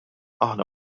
aħna